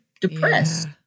depressed